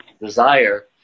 desire